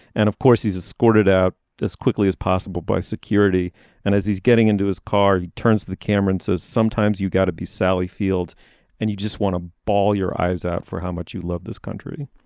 and of course he's escorted out as quickly as possible by security and as he's getting into his car he turns to the cameras says sometimes you got to be sally field and you just want to ball your eyes out for how much you love this country